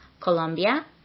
Colombia